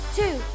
two